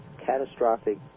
catastrophic